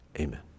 amen